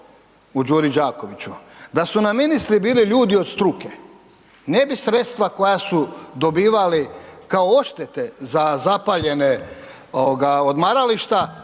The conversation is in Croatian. u Đuri Đakoviću. Da su nam ministri bili ljudi od struke, ne bi sredstva koja su dobivali kao odštete za zapaljena odmarališta